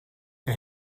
and